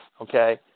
Okay